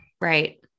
right